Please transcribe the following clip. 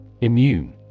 Immune